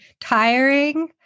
tiring